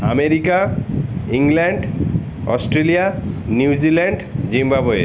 America England Australia New Zealand Zimbabwe